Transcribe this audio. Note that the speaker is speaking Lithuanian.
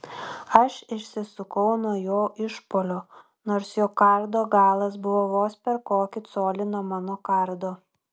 aš išsisukau nuo jo išpuolio nors jo kardo galas buvo vos per kokį colį nuo mano kardo